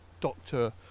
doctor